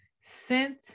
sent